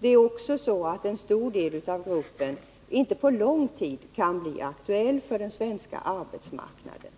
Det är också så att en stor del av gruppen inte på lång tid kan bli aktuell för den svenska arbetsmarknaden,